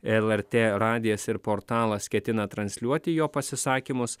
lrt radijas ir portalas ketina transliuoti jo pasisakymus